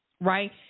Right